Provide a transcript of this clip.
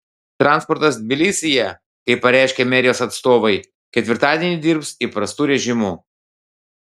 transportas tbilisyje kaip pareiškė merijos atstovai ketvirtadienį dirbs įprastu režimu